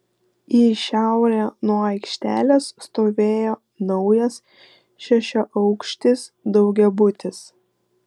į šiaurę nuo aikštelės stovėjo naujas šešiaaukštis daugiabutis